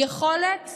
יכולת